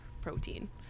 protein